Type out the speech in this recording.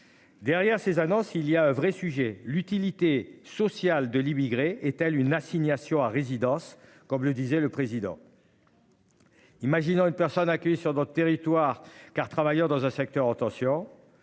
Derrière ces annonces, il y a un vrai sujet, l'utilité sociale de l'immigré est-elle une assignation à résidence. Comme le disait le président.-- Imaginons une personne accueillie sur notre territoire car travailleurs dans un secteur en tension.